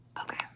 Okay